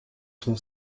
son